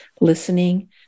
listening